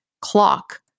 clock